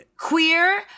queer